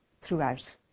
throughout